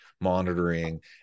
monitoring